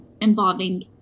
involving